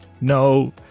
No